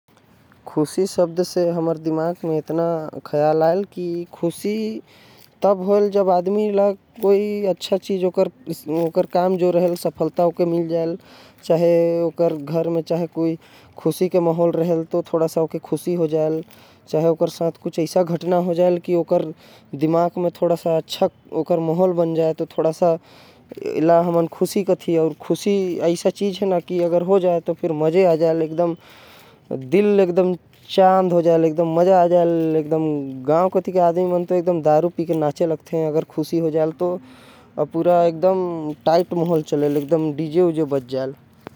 ख़ुशी शब्द से हमर दिमाग में इतना ख्याल आएल की ख़ुशी तब होएल। जब आदमी के सफलता मिल जाएल अच्छा काम हो जाएल चाहे। घर में अच्छा काम हो जाये अच्छा घटना ओकर साथ। हो जायेल तो मजा आ जाएल चाँद खिल जाएल। गांव में तो ख़ुशी लोग मन दारू पी के नाचे लगथे डीजे बजाए लगथे।